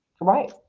Right